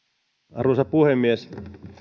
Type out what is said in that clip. arvoisa puhemies